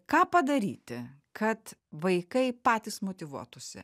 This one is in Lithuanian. ką padaryti kad vaikai patys motyvuotųsi